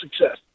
success